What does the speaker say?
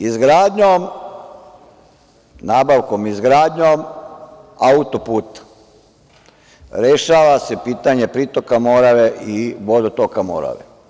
Izgradnjom, nabavkom, izgradnjom auto-puta, rešava se pitanje pritoka Morave i vodotoka Morave.